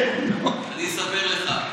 אני אספר לך.